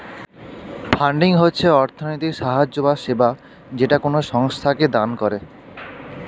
funding হচ্ছে অর্থনৈতিক সাহায্য বা সেবা যেটা কোনো সংস্থাকে দান করে